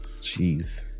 Jeez